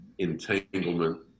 entanglement